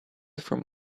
from